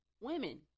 women